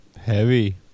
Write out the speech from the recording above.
Heavy